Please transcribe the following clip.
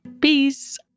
Peace